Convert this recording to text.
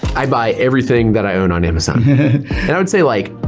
i buy everything that i own on amazon. and i would say like,